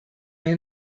mehr